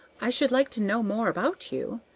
i should like to know more about you.